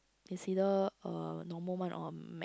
it's either a normal one or a mac